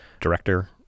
director